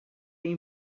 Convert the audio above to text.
این